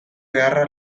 beharra